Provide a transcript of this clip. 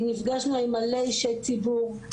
נפגשנו עם מלא אישי ציבור,